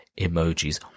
emojis